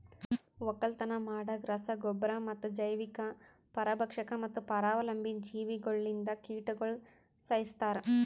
ಒಕ್ಕಲತನ ಮಾಡಾಗ್ ರಸ ಗೊಬ್ಬರ ಮತ್ತ ಜೈವಿಕ, ಪರಭಕ್ಷಕ ಮತ್ತ ಪರಾವಲಂಬಿ ಜೀವಿಗೊಳ್ಲಿಂದ್ ಕೀಟಗೊಳ್ ಸೈಸ್ತಾರ್